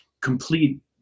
complete